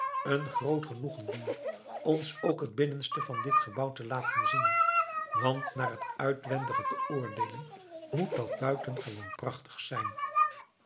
een groot genoegen doen ons ook het binnenste van dit gebouw te laten zien want naar het uitwendige te oordeelen moet dat buitengewoon prachtig zijn